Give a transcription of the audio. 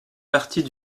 partie